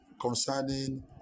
concerning